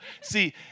See